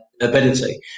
ability